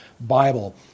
Bible